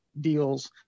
deals